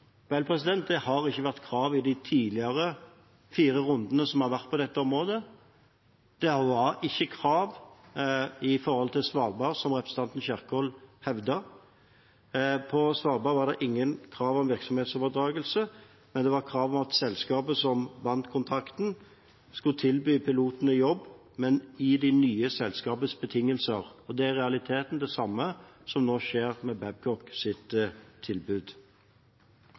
Vel, det har ikke vært krav i de tidligere fire rundene som har vært på dette området. Det var ikke krav med hensyn til Svalbard, som representanten Kjerkol hevdet. På Svalbard var det ingen krav om virksomhetsoverdragelse, men det var krav om at selskapet som vant kontrakten, skulle tilby pilotene jobb, men etter det nye selskapets betingelser. Det er i realiteten det samme som nå skjer med Babcocks tilbud.